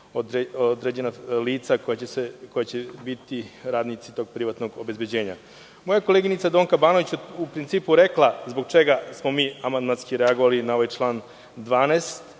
određena lica koja će biti radnici tog privatnog obezbeđenja. Moja koleginica Donka Banović je u principu rekla zbog čega smo mi amandmanski reagovali na ovaj član 12.